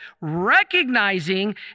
recognizing